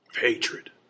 hatred